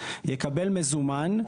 יקבל מזומן,